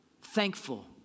thankful